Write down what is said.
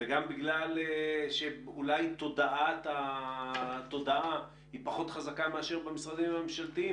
וגם בגלל שאולי התודעה היא פחות חזקה מהמשרדים הממשלתיים,